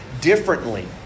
differently